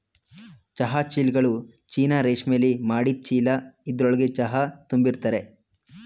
ಚಹಾ ಚೀಲ್ಗಳು ಚೀನಾ ರೇಶ್ಮೆಲಿ ಮಾಡಿದ್ ಚೀಲ ಇದ್ರೊಳ್ಗೆ ಚಹಾ ತುಂಬಿರ್ತರೆ